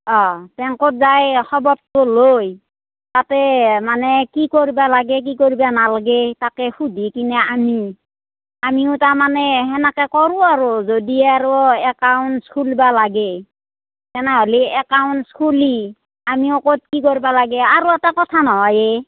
অঁ বেংকত যাই খবৰটো লৈ তাতে মানে কি কৰিবা লাগে কি কৰিবা নালগে তাকে সুধি কিনে আনি আমিও তাৰমানে সেনাকে কৰো আৰু যদি আৰু একাউন্টচ খুলিবা লাগে তেনেহ'লে একাউন্টচ খুলি আমিও ক'ত কি কৰিবা লাগে আৰু এটা কথা নহয় এ